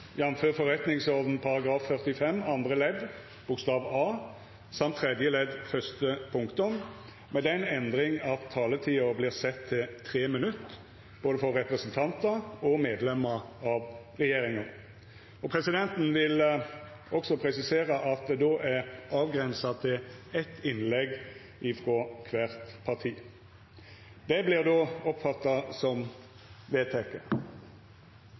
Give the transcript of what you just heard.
45 andre ledd bokstav a) og tredje ledd fyrste punktum i forretningsordenen, med den endringa at taletida vert sett til 3 minutt for både representantar og medlemer av regjeringa. Presidenten vil også presisera at det då er avgrensa til eitt innlegg frå kvart parti. – Det